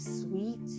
sweet